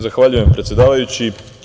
Zahvaljujem, predsedavajući.